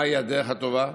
מהי הדרך הטובה.